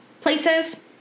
places